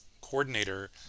coordinator